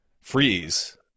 freeze